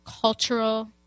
cultural